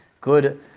good